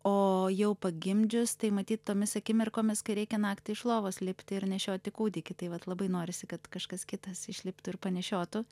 o jau pagimdžius tai matyt tomis akimirkomis kai reikia naktį iš lovos lipti ir nešioti kūdikį tai vat labai norisi kad kažkas kitas išliptų ir panešiotų